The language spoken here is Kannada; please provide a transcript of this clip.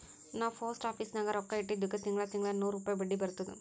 ನಾ ಪೋಸ್ಟ್ ಆಫೀಸ್ ನಾಗ್ ರೊಕ್ಕಾ ಇಟ್ಟಿದುಕ್ ತಿಂಗಳಾ ತಿಂಗಳಾ ನೂರ್ ರುಪಾಯಿ ಬಡ್ಡಿ ಬರ್ತುದ್